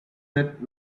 that